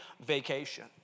vacation